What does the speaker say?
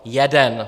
Jeden.